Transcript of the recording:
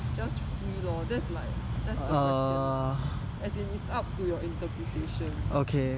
just free lor that's like that's the question lah as in it's up to your interpretation